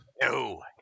no